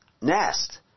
nest